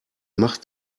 macht